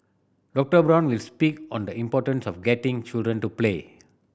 Doctor Brown will speak on the importance of getting children to play